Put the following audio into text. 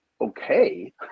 okay